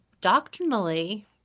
doctrinally